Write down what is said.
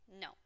No